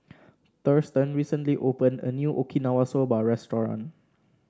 Thurston recently opened a new Okinawa Soba Restaurant